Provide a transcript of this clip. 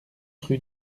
rue